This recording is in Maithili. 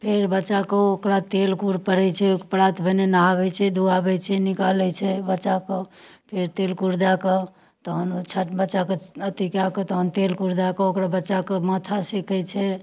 फेर बच्चाके ओ ओकरा तेल कूर परै छै ओकर प्रात भेने नहाबै छै धोआबै छै निकालै छै बच्चाके फेर तेल कूर दए कऽ तहन ओ बच्चाके अथी कए कऽ तहन तेल कूर दए कऽ ओकरा बच्चाके माथा सेकै छै